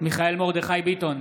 מיכאל מרדכי ביטון,